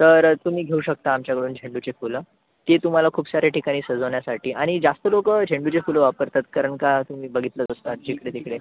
तर तुम्ही घेऊ शकता आमच्याकडून झेंडूचे फुलं ती तुम्हाला खूप साऱ्या ठिकाणी सजवण्यासाठी आणि जास्त लोक झेंडूचेच फुलं वापरतात कारण का तुम्ही बघितलंच असाल जिकडेतिकडे